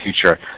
future